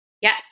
Yes